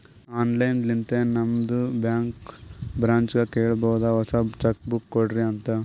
online ಲಿಂತೆ ನಿಮ್ದು bank ಬ್ರ್ಯಾಂಚ್ಗ ಕೇಳಬೋದು ಹೊಸಾ ಚೆಕ್ ಬುಕ್ ಕೊಡ್ರಿ ಅಂತ್